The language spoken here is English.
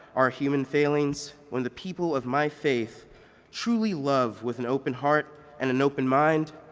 our human failings, when the people of my faith truly love with an open heart and an open mind,